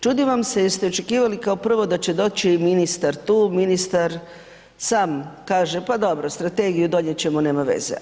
Čudim vam se jer ste očekivali kao prvo da će doći ministar tu, ministar sam kaže, pa dobro strategiju donijet ćemo, nema veze.